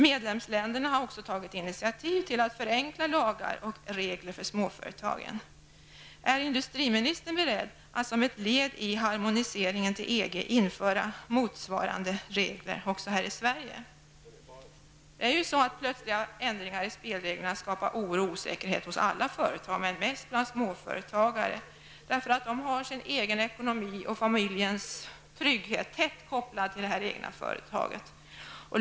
Medlemsländerna har också tagit initiativ till förenklade lagar och regler för småföretagen. Är industriministern beredd att som ett led i EG harmoniseringen införa motsvarande regler här i Sverige? Plötsliga förändringar i spelreglerna skapar oro och osäkerhet hos alla företag, men mest hos småföretagare. Den egna ekonomin och familjens trygghet är ju tätt kopplade till det egna företaget.